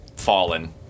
fallen